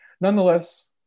nonetheless